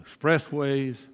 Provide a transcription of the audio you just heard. expressways